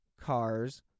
cars